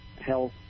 health